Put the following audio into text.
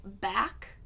back